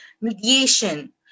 mediation